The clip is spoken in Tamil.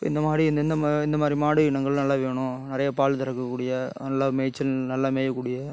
இந்த மாதிரி இந்த இந்தம்ம இந்த மாதிரி மாடு இனங்கள் நல்லா வேணும் நிறைய பால் கறக்கக்கூடிய நல்லா மேய்ச்சல் நல்லா மேயக்கூடிய